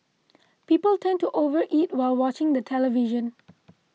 people tend to over eat while watching the television